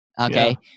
okay